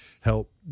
help